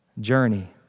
journey